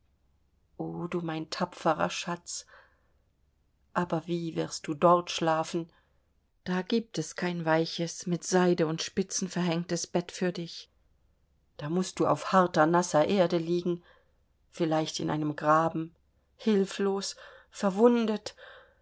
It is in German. o du mein tapferer schatz aber wie wirst du dort schlafen da gibt es kein weiches mit seide und spitzen verhängtes bett für dich da mußt du auf harter nasser erde liegen vielleicht in einem graben hilflos verwundet